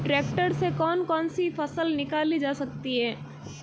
Tractor से कौन कौनसी फसल निकाली जा सकती हैं?